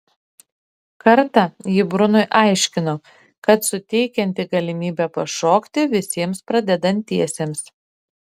kartą ji brunui aiškino kad suteikianti galimybę pašokti visiems pradedantiesiems